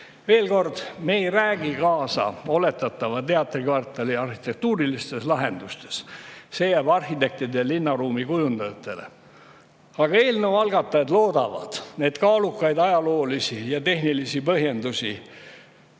Veel kord: me ei räägi kaasa oletatava teatrikvartali arhitektuurilistes lahendustes. See jääb arhitektidele ja linnaruumi kujundajatele. Aga eelnõu algatajad loodavad, et neid kaalukaid, ajaloolisi ja tehnilisi põhjendusi